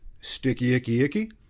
sticky-icky-icky